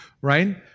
right